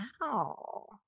Wow